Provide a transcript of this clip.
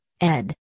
ed